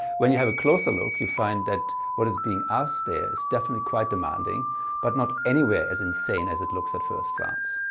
when you have a closer look you find that what is being asked there is definitely quite demanding but not anywhere as insane as it looks at first glance.